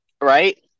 right